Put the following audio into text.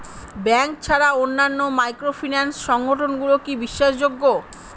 Bank ছাড়া অন্যান্য microfinance সংগঠন গুলি কি বিশ্বাসযোগ্য?